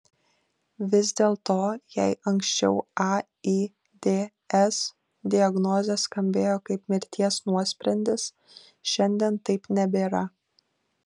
vis dėlto jei anksčiau aids diagnozė skambėjo kaip mirties nuosprendis šiandien taip nebėra